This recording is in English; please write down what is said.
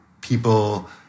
people